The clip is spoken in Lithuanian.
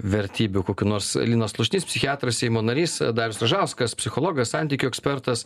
vertybių kokių nors linas slušnys psichiatras seimo narys darius ražauskas psichologas santykių ekspertas